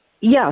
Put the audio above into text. Yes